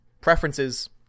Preferences